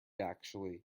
actually